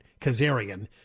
Kazarian